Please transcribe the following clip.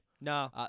No